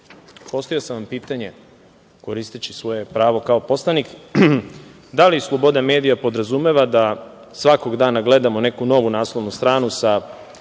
postavio sam vam pitanje, koristeći svoje pravo kao poslanik, da li sloboda medija podrazumeva da svakog dana gledamo neku novu naslovnu stranu sa